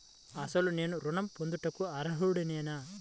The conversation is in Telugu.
అసలు నేను ఋణం పొందుటకు అర్హుడనేన?